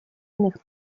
иных